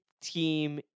team